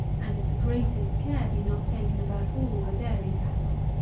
and if the greatest care be not taken about all the dairy tackle.